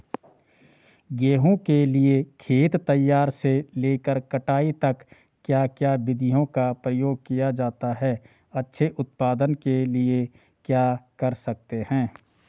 गेहूँ के लिए खेत तैयार से लेकर कटाई तक क्या क्या विधियों का प्रयोग किया जाता है अच्छे उत्पादन के लिए क्या कर सकते हैं?